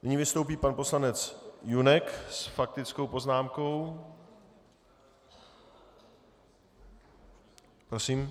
Nyní vystoupí pan poslanec Junek s faktickou poznámkou, prosím.